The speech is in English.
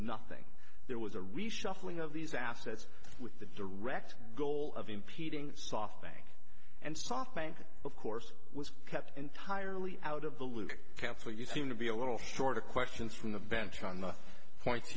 nothing there was a reshuffling of these assets with the direct goal of impeding soft bank and soft bank of course was kept entirely out of the loop carefully you seem to be a little short of questions from the bench on the points